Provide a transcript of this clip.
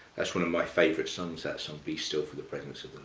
that's one of my favorite songs, that song be still for the presence of